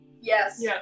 Yes